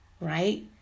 right